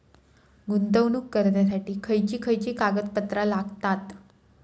गुंतवणूक करण्यासाठी खयची खयची कागदपत्रा लागतात?